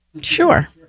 Sure